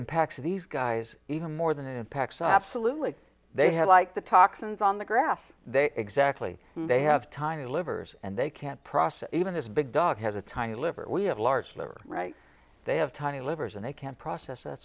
impacts these guys even more than in packs absolutely they have like the toxins on the grass they exactly they have tiny livers and they can't process even this big dog has a tiny liver we have large liver right they have tiny livers and they can't process that